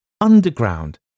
underground